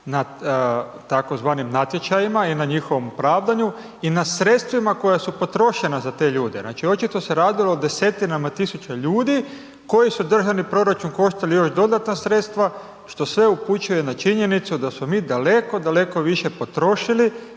na tzv. natječajima i na njihovom pravdanju i na sredstvima koja su potrošena za te ljude, znači očito se radilo o desetinama tisuća ljudi koji su državni proračun koštali još dodatna sredstva, što sve upućuje na činjenicu da smo mi daleko, daleko više potrošili